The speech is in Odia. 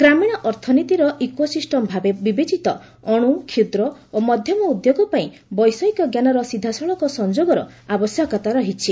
ଗ୍ରାମୀଣ ଅର୍ଥନୀତିର ଇକୋ ସିଷ୍ଟମ୍ ଭାବେ ବିବେଚିତ ଅଣୁ କ୍ଷୁଦ୍ର ଓ ମଧ୍ୟମ ଉଦ୍ୟୋଗ ପାଇଁ ବୈଷୟିକ ଜ୍ଞାନର ସିଧାସଳଖ ସଂଯୋଗର ଆବଶ୍ୟକ ରହିଛି